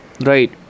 right